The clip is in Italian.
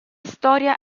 storia